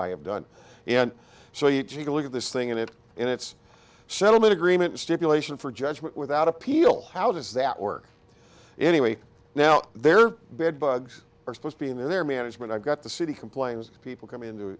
have done and so you take a look at this thing and it and its settlement agreement stipulation for judgment without appeal how does that work anyway now their bed bugs are supposed to be in their management i've got the city complains people come in to